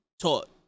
taught